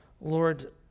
lord